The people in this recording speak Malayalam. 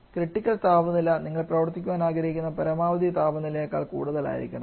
ക്രിട്ടിക്കൽ താപനില നിങ്ങൾ പ്രവർത്തിക്കാൻ ആഗ്രഹിക്കുന്ന പരമാവധി താപനിലയേക്കാൾ കൂടുതലായിരിക്കണം